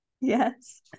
Yes